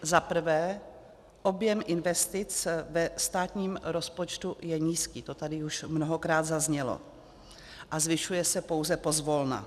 Za prvé, objem investic ve státním rozpočtu je nízký, to tady už mnohokrát zaznělo, a zvyšuje se pouze pozvolna.